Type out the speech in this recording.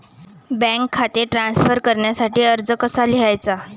Bank खाते transfer करण्यासाठी अर्ज कसा लिहायचा?